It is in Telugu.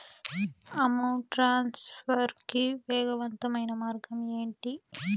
అమౌంట్ ట్రాన్స్ఫర్ కి వేగవంతమైన మార్గం ఏంటి